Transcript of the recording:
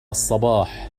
الصباح